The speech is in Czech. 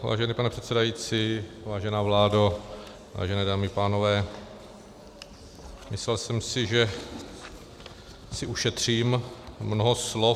Vážený pane předsedající, vážená vládo, vážené dámy, vážení pánové, myslel jsem si, že si ušetřím mnoho slov.